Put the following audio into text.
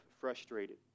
frustrated